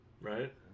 Right